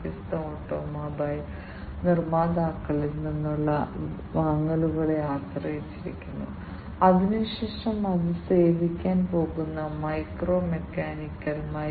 വ്യത്യസ്ത സുരക്ഷാ നിർണായക പരിതസ്ഥിതികൾ രൂപകൽപ്പന ചെയ്യുന്നതിനായി വിവിധ സുരക്ഷാ നിർണായക പരിതസ്ഥിതികൾക്കും ഇത് ഉപയോഗിക്കാം